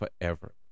forever